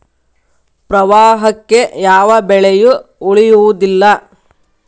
ಪ್ರವಾಹಕ್ಕೆ ಯಾವ ಬೆಳೆಯು ಉಳಿಯುವುದಿಲ್ಲಾ